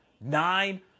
nine